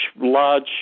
large